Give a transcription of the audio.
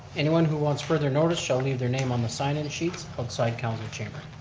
anyone who wants further notice shall leave their name on the sign in sheets outside council chambers.